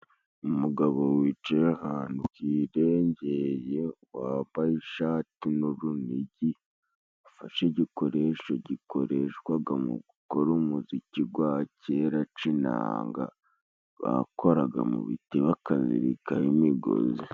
Umugabo wicaye ahantu hirengeye wambaye ishati n'urunigi afashe igikoresho gikoreshwaga mu gukora umuziki gwa kera c'inanga bakoraga mu biti bakazika imigozi.